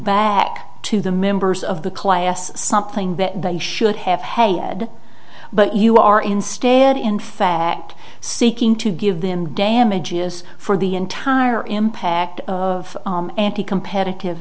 back to the members of the class something that they should have head but you are instead in fact seeking to give them damages for the entire impact of anti competitive